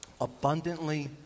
abundantly